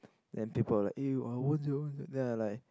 then people will like eh what's that what's that then I like